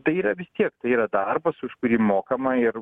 tai yra vis tiek tai yra darbas už kurį mokama ir